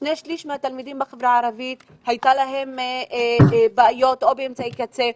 שני שליש מהתלמידים בחברה הערבית היו להם בעיות או באמצעי קצה,